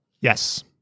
Yes